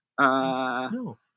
No